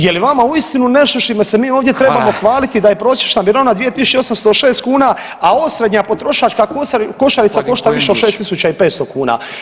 Je li vama uistinu nešto s čime se mi ovdje trebamo hvaliti da je prosječna mirovina 2 806 kuna, a osrednja potrošačka košarica košta više od 6 500 kuna?